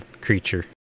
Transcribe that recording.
creature